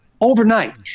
overnight